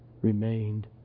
remained